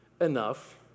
enough